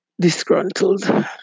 Disgruntled